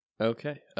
Okay